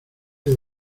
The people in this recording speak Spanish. que